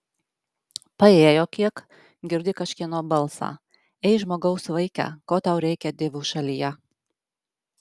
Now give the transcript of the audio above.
paėjo kiek girdi kažkieno balsą ei žmogaus vaike ko tau reikia divų šalyje